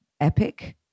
epic